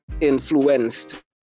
influenced